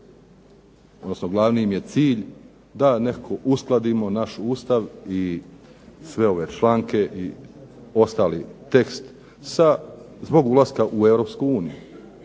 odnosno glavni im je cilj da nekako uskladimo naš Ustav i sve ove članke i ostali tekst zbog ulaska u